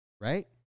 right